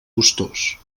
gustós